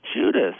Judas